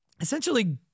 essentially